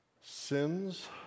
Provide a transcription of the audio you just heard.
sins